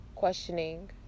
Questioning